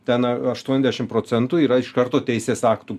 ten aštuoniasdešim procentų yra iš karto teisės aktų